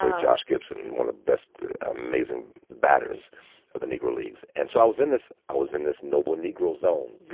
ah josh gibson was the best amazing batters of the negro leagues. and so i was in this i was in this noble negro zone.